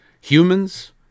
humans